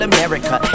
America